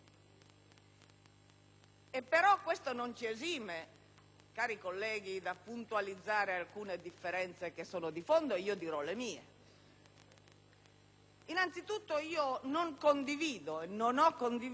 ciò non ci esime, cari colleghi, dal puntualizzare alcune differenze di fondo; io dirò le mie. Innanzitutto, non condivido, non ho condiviso,